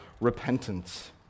repentance